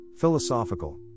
philosophical